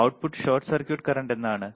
Output short circuit current എന്താണ്